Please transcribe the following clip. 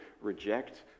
reject